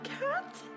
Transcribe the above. cat